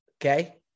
okay